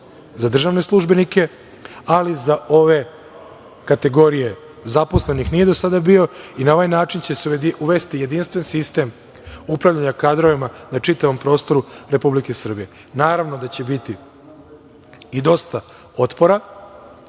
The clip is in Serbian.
za državne službenike, ali za ove kategorije zaposlenih nije do sada bio i na ovaj način će se uvesti jedinstven sistem upravljanja kadrovima na čitavom prostoru Republike Srbije. Naravno da će biti i dosta otpora,